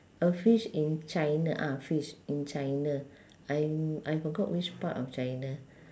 a fish in china ah fish in china I'm I forgot which part of china